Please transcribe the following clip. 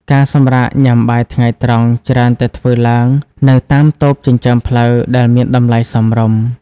ការសម្រាកញ៉ាំបាយថ្ងៃត្រង់ ច្រើនតែធ្វើឡើងនៅតាមតូបចិញ្ចើមផ្លូវដែលមានតម្លៃសមរម្យ។